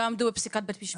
לא עמדו בפסיקת בית משפט.